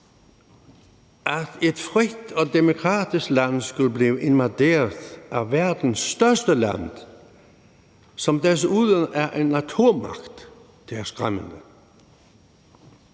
At et frit og demokratisk land skulle blive invaderet af verdens største land, som desuden er en atommagt, er jo skræmmende.